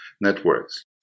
networks